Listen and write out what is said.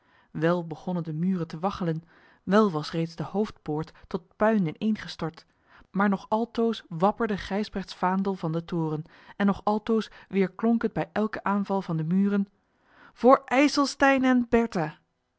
wel begonnen de muren te waggelen wel was reeds de hoofdpoort tot puin ineengestort maar nog altoos wapperde gijsbrechts vaandel van den toren en nog altoos weerklonk het bij elken aanval van de muren voor ijselstein en